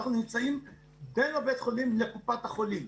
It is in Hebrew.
אנחנו נמצאים בין בית החולים, לקופת החולים.